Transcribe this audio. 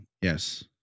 Yes